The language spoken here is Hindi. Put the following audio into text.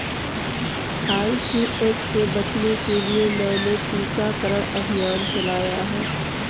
आई.सी.एच से बचने के लिए मैंने टीकाकरण अभियान चलाया है